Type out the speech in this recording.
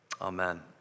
amen